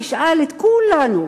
תשאל את כולנו.